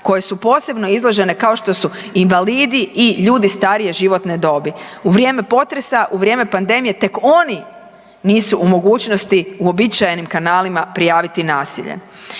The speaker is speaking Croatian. koje su posebno izložene, kao što su invalidi i ljudi starije životne dobi. U vrijeme potresa, u vrijeme pandemije tek oni nisu u mogućnosti uobičajenim kanalima prijaviti nasilje.